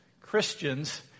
Christians